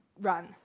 run